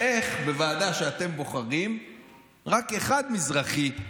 איך בוועדה שאתם בוחרים רק אחד מזרחי?